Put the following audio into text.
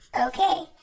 Okay